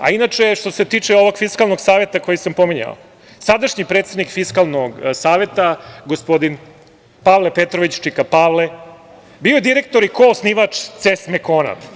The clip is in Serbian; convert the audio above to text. A, inače što se tiče ovog Fiskalnog saveta koji sam pominjao, sadašnji predsednik Fiskalnog saveta, gospodin Pavle Petrović, čika Pavle bio je direktor i koosnivač „CES Mekona“